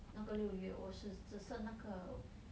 那个六月我是只剩那个